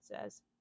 says